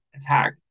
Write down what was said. attack